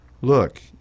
look